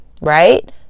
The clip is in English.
right